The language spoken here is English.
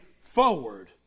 forward